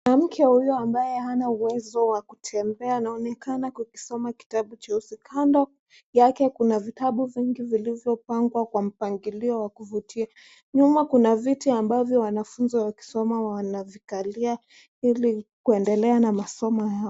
Mwanamke huyu ambaye hana uwezo wa kutembea anaonekana kusoma kitabu cheusi kando yake kuna vitabu vingi vilivyopangwa kwa mpangilio wa kuvutia. Nyuma kuna viti ambavyo wanafunzi wakisoma wanavikalia ili kuendelea na masomo yao.